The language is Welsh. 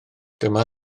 dyma